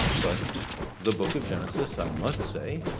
but the book of genesis, i must say,